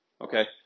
Okay